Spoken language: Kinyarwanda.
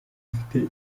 ufite